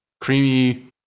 creamy